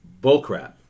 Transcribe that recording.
bullcrap